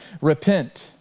repent